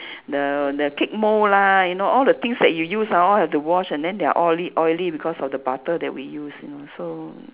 the the cake mold lah you know all the things that you used ah all have to wash and then they are oily oily because of the butter that we used you know so